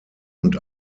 und